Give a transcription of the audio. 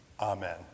Amen